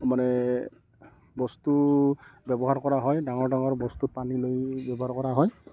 মানে বস্তু ব্যৱহাৰ কৰা হয় ডাঙৰ ডাঙৰ বস্তু পানী লৈ ব্যৱহাৰ কৰা হয়